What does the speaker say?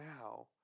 now